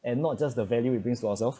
and not just the value it brings to ourselves